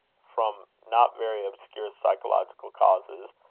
from not very obscure psychological causes,